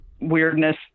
weirdness